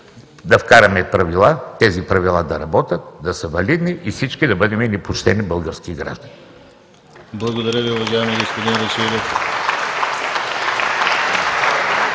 Да вкараме правила. Тези правила да работят, да са валидни, и всички да бъдем едни почтени български граждани.